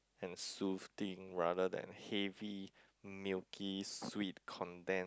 and soothing rather than heavy milky sweet condense~